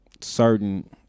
certain